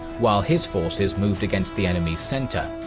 while his forces moved against the enemy's center,